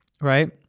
right